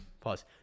Pause